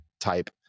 type